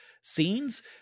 scenes